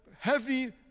heavy